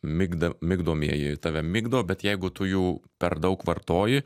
migda migdomieji tave migdo bet jeigu tu jų per daug vartoji